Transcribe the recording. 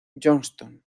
johnston